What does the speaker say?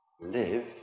live